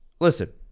listen